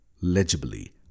legibly